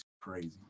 crazy